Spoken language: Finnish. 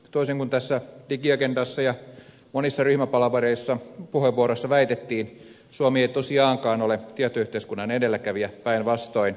toisin kuin tässä digiagendassa ja monissa ryhmäpuheenvuoroissa väitettiin suomi ei tosiaankaan ole tietoyhteiskunnan edelläkävijä päinvastoin